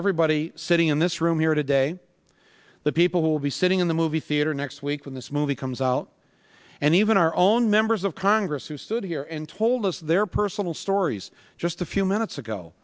everybody sitting in this room here today the people who will be sitting in the movie theater next week when this movie comes out and even our own members of congress who stood here and told us their personal stories just a few minutes ago